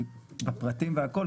הפרטים והכול,